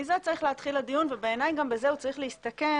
מזה צריך להתחיל הדיון ובעיניי גם בזה הוא צריך להסתכם,